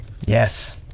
Yes